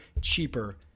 cheaper